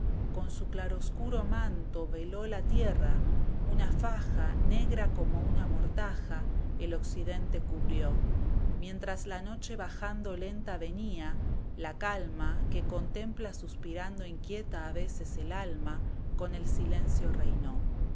do vengan enemigos para acometerlos en la provincia se llama chajá o yajá indistintamente esteban echeveeéía mientras la noche bajando lenta venía la calma que contempla suspirando inquieta a veces el alma con el silencio reinó